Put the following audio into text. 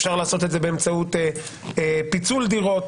אפשר לעשות את זה באמצעות פיצול דירות,